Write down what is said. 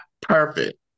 perfect